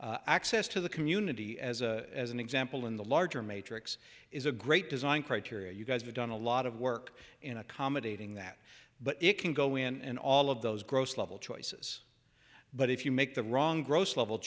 their access to the community as a as an example in the larger matrix is a great design criteria you guys have done a lot of work in accommodating that but it can go in and all of those gross level choices but if you make the wrong gross level